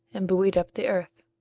and buoyed up the earth.